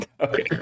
okay